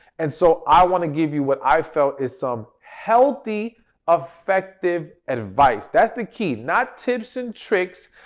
and so, i want to give you what i felt is some healthy ah effective advice, that's the key. not tips and tricks,